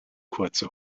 kurze